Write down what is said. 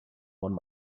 one